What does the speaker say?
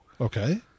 Okay